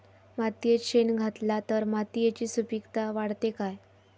मातयेत शेण घातला तर मातयेची सुपीकता वाढते काय?